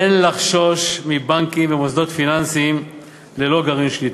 אין לחשוש מבנקים ומוסדות פיננסיים ללא גרעין שליטה.